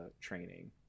training